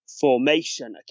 formation